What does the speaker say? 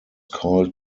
called